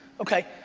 okay.